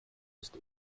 ist